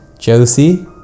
Josie